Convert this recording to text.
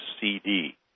CD